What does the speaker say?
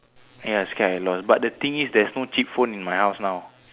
ya I scared I lost but the thing is there's no cheap phone in my house now